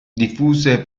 diffuse